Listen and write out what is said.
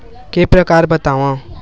के प्रकार बतावव?